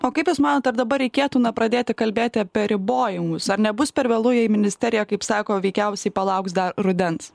o kaip jūs manot ar dabar reikėtų na pradėti kalbėti apie ribojimus ar nebus per vėlu jei ministerija kaip sako veikiausiai palauks dar rudens